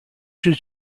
should